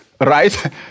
right